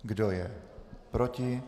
Kdo je proti?